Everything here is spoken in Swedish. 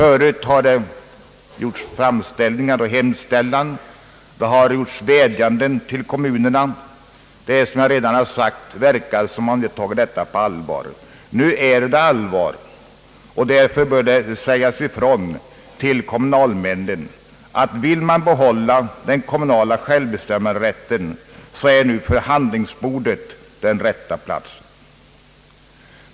Det har tidigare gjorts framställningar och vädjanden till kom munerna på den här punkten, men det förefaller som om de inte har tagit dessa på allvar. Nu är det allvar, och därför bör det sägas ifrån, att om kommunerna vill behålla den kommunala självbestämmanderätten så är förhandlingsbordet den rätta platsen.